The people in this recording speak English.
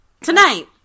Tonight